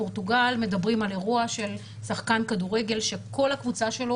בפורטוגל מדברים על אירוע של שחקן כדורגל שכל הקבוצה שלו,